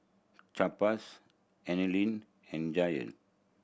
Chaps and Giant